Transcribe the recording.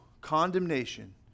condemnation